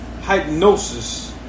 hypnosis